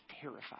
terrified